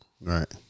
Right